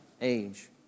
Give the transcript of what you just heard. age